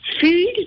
food